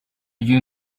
you